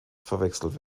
verwechselt